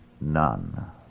none